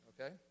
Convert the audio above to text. okay